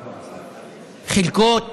חלקות,